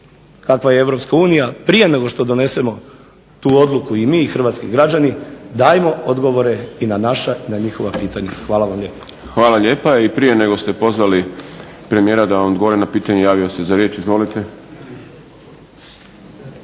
kakva je EU prije nego što donesemo tu odluku i mi i hrvatski građani, dajmo odgovore i na naša i na njihova pitanja. Hvala vam lijepa. **Šprem, Boris (SDP)** Hvala lijepa. I prije nego ste pozvali premijera da vam odgovori na pitanje, javio se za riječ. Izvolite.